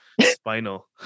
spinal